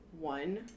one